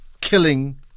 killing